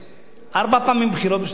ארבע פעמים בחירות בשנתיים וחצי.